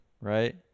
right